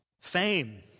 Fame